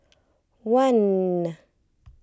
one